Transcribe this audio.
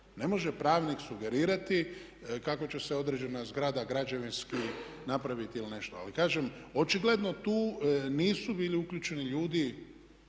Ne može pravnik sugerirati kako će se određena zgrada građevinski napraviti ili nešto. Ali kažem očigledno tu nisu bili uključeni ljudi